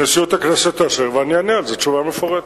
נשיאות הכנסת תאשר ואני אענה על זה תשובה מפורטת.